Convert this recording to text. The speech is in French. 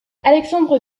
alexandre